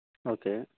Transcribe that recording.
okay